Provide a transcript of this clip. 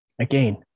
Again